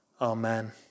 Amen